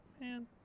man